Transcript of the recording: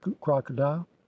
crocodile